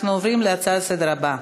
אנחנו עוברים להצעות לסדר-היום הבאות: